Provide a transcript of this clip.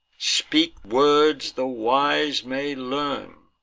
speak words the wise may learn,